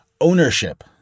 ownership